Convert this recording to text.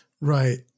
Right